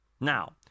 Now